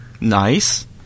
Nice